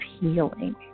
healing